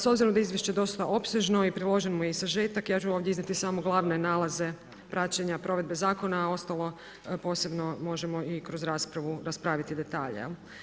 S obzirom da je izvješće dosta opsežno i priložen mu je sažetak ja ću ovdje iznijeti samo glavne nalaze praćenja provedbe zakona, a ostalo posebno možemo i kroz raspravu raspraviti detalje.